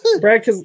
Brad